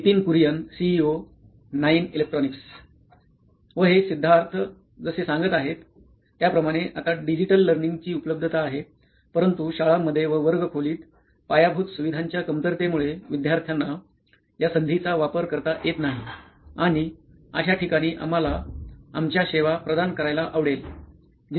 Nitin Kurian COO nine electronics व हे सिध्दार्थ जसे सांगत आहे त्याप्रमाणे आत्ता डिजिटल लर्निंगची उपलब्धता आहे परंतु शाळांमध्ये व वर्ग खोलीत पायाभूत सुविधांच्या कमतरतेमुळे विद्यार्थ्याना या संधीचा वापर करता येत नाही आणि अश्या ठिकाणी आम्हाला आमच्या सेवा प्रदान करायला आवडेल